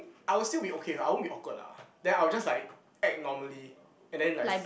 I'll still be okay I won't be awkward lah then I'll just like act normally and then like